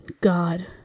God